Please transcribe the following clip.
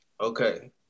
okay